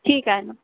ठीक आहे ना